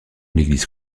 l’église